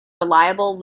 reliable